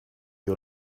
you